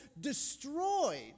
destroyed